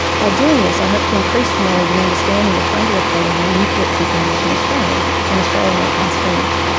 by doing this i hope to increase the knowledge and understanding of fungal ecology and eucalypt decomposition in australia and australian alpine streams.